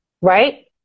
right